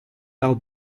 i’ll